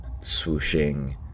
swooshing